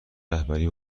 رهبری